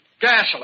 Gasoline